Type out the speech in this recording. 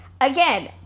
Again